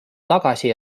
tagasi